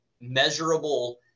measurable